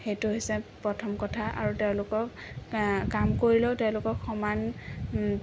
সেইটো হৈছে প্ৰথম কথা আৰু তেওঁলোকক কাম কৰিলেও তেওঁলোকক সমান